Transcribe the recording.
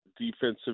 defensive